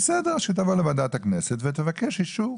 שתבוא לוועדת הכנסת ותבקש אישור.